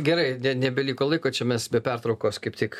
gerai nebeliko laiko čia mes be pertraukos kaip tik